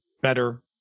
Better